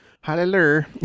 Hallelujah